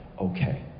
okay